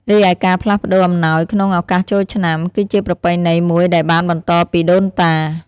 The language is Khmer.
រីឯការផ្លាស់ប្តូរអំណោយក្នុងឱកាសចូលឆ្នាំ គឺជាប្រពៃណីមួយដែលបានបន្តពីដូនតា។